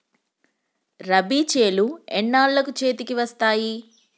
రబీ చేలు ఎన్నాళ్ళకు చేతికి వస్తాయి?